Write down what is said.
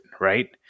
right